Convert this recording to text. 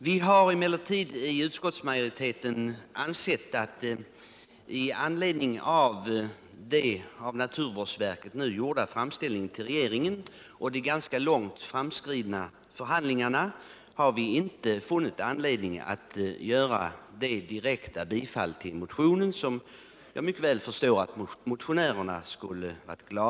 Vi har emellertid i utskottsmajoriteten med anledning av den av naturvårdsverket nu gjorda framställningen till regeringen och de ganska långt framskridna förhandlingarna inte funnit anledning att direkt tillstyrka ett bifall till motionen.